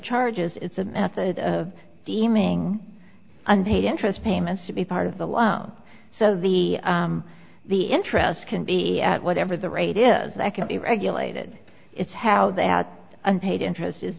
charges it's a method of deeming unpaid interest payments to be part of the loan so the the interest can be whatever the rate is that can be regulated it's how that unpaid interest is